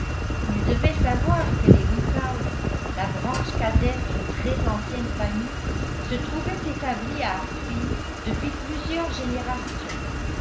il devait savoir que les woodhouse la branche cadette d'une très ancienne famille se trouvaient établis à hartfield depuis plusieurs générations